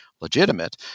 legitimate